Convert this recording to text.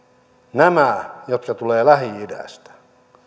nämä jotka tulevat lähi idästä